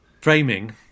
framing